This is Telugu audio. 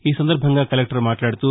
ఈ సందర్బంగా కలెక్లర్ మాట్లాడుతూ